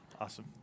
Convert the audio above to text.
Awesome